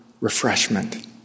refreshment